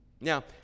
Now